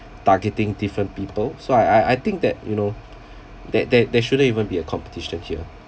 targeting different people so I I I think that you know there there there shouldn't even be a competition here